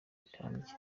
rirambye